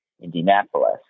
Indianapolis